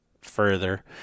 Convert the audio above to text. further